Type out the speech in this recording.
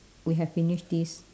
we have finished this